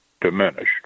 diminished